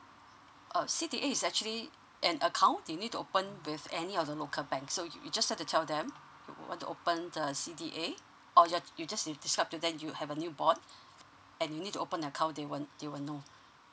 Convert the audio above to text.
err C_D_A is actually an account you need to open with any of the local bank so you just have to tell them what to open the C_D_A or just you just you describe to them you have a new board and you need to open an account they will they will know